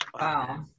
wow